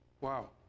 Wow